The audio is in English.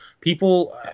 People